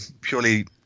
purely